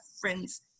friends